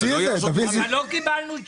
שאלתי את